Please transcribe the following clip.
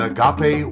Agape